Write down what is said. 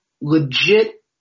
legit